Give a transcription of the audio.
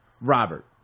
Robert